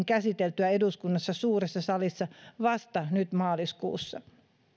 käsiteltyä eduskunnassa suuressa salissa vasta nyt maaliskuussa